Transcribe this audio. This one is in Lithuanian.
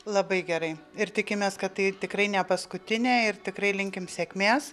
labai gerai ir tikimės kad tai tikrai ne paskutinė ir tikrai linkim sėkmės